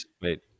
Wait